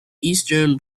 eastern